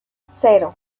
cero